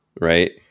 right